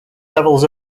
levels